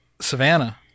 Savannah